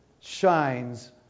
Shines